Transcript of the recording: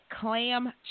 clam